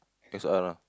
X_R lah